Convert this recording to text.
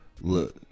Look